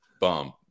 bum